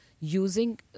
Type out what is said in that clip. using